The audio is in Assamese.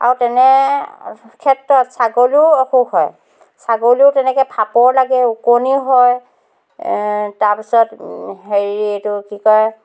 আৰু তেনে ক্ষেত্ৰত ছাগলীৰো অসুখ হয় ছাগলীও তেনেকে ফাপৰ লাগে ওকণিও হয় তাৰপিছত হেৰি এইটো কি কয়